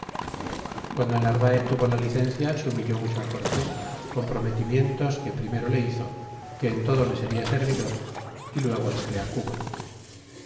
guando el narvaez tuvo la licencia se humilló mucho cortés con prometimientos que primero le hizo que en todo le seria servidor y luego se fué cuba